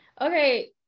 Okay